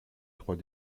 trois